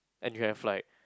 and you have like